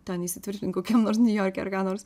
ten įsitvirtint kokiam nors niujorke ar ką nors